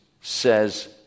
says